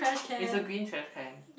it's a green trashcan